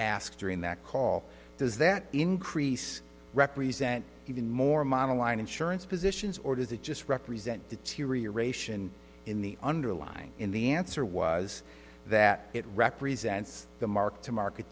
asked during that call does that increase represent even more mana line insurance positions or does it just represent the teary aeration in the underline in the answer was that it represents the mark to market